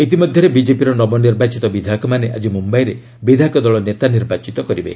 ଇତିମଧ୍ୟରେ ବିଜେପିର ନବନିର୍ବାଚିତ ବିଧାୟକମାନେ ଆଜି ମୁମ୍ବାଇରେ ବିଧାୟକ ଦଳ ନେତା ନିର୍ବାଚିତ କରିବେ